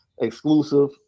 exclusive